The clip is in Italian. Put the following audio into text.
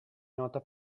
nota